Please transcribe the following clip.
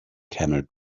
camel